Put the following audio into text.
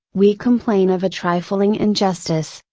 we complain of a trifling injustice,